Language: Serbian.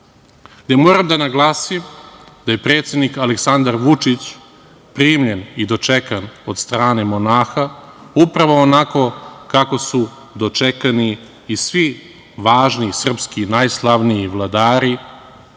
Moram da naglasim da je predsednik Aleksandar Vučić primljen i dočekan od strane monaha upravo onako kako su dočekani i svi važni srpski najslavniji vladari,